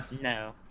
No